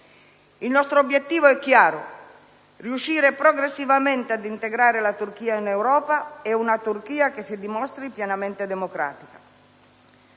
Il nostro obiettivo è chiaro: riuscire progressivamente ad integrare la Turchia in Europa, e una Turchia che si dimostri pienamente democratica.